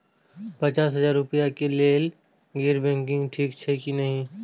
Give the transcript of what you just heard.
पचास हजार रुपए के लेल गैर बैंकिंग ठिक छै कि नहिं?